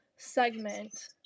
segment